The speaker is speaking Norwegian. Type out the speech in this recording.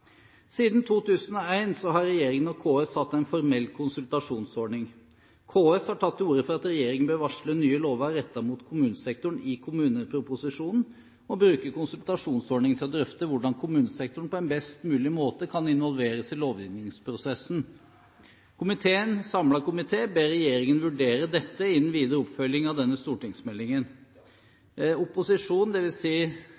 Siden 2001 har regjeringen og KS hatt en formell konsultasjonsordning. KS har tatt til orde for at regjeringen bør varsle nye lover rettet mot kommunesektoren i kommuneproposisjonen og bruke konsultasjonsordningen til å drøfte hvordan kommunesektoren på en best mulig måte kan involveres i lovgivningsprosessen. En samlet komité ber regjeringen vurdere dette i den videre oppfølging av denne